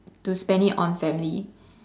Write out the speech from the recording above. to spend it on family